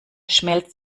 schmelz